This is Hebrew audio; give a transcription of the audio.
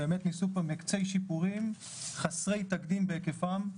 באמת נעשו כאן מקצי שיפורים חסרי תקדים בהיקפם,